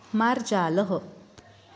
मार्जालः